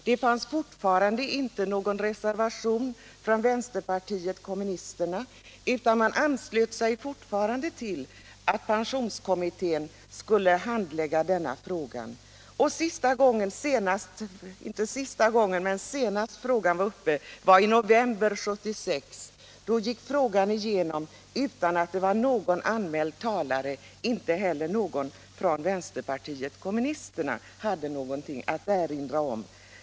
Då fanns inte heller någon reservation från vänsterpartiet kommunisterna, utan man anslöt sig fortfarande till den ståndpunkten att pensionskommittén skulle handlägga denna fråga. I november 1976 var ärendet senast uppe, och då gick det igenom utan att någon talare var anmäld. Inte heller representanter för vänsterpartiet kommunisterna hade något att erinra.